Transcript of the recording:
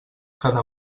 cada